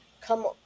come